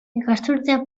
ikasturtea